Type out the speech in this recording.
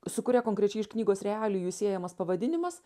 su kuria konkrečiai iš knygos realijų siejamas pavadinimas